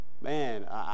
man